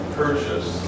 purchase